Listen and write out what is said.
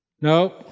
No